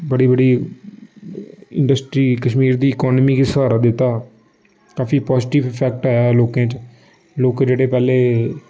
बड़ी बड़ी इंडस्ट्री कश्मीर दी इकोनामी गी स्हारा दित्ता काफी पाजिटिब इफैक्ट आया लोकें च लोक जेह्ड़े पैह्ले